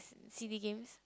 C_D game